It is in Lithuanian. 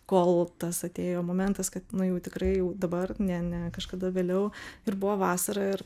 kol tas atėjo momentas kad nu jau tikrai jau dabar ne ne kažkada vėliau ir buvo vasara ir